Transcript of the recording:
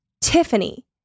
Tiffany